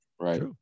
right